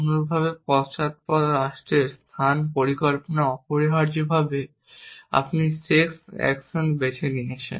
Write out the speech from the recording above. অনুরূপভাবে পশ্চাদপদ রাষ্ট্রের স্থান পরিকল্পনা অপরিহার্যভাবে আপনি শেষ অ্যাকশন বেছে নিচ্ছেন